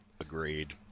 agreed